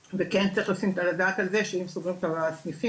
וצריך לשים את הדעת על זה שאם סוגרים את הסניפים,